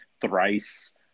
thrice